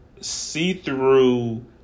see-through